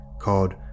called